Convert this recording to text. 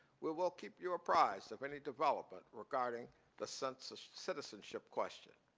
we will keep you apprized of any development regarding the census citizenship question.